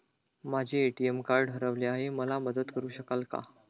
माझे ATM card हरवले आहे, मला मदत करु शकाल का?